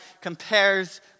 compares